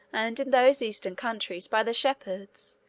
and in those eastern countries, by the shepherds,